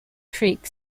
creek